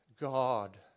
God